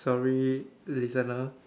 sorry listener